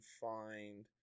find